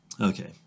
Okay